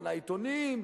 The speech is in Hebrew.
קנה עיתונאים,